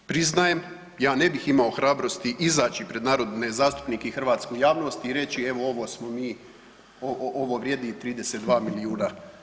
Priznajem ja ne bih imao hrabrosti izaći pred narodne zastupnike i hrvatsku javnost i reći evo ovo smo mi, ovo vrijedi 32 milijuna kuna.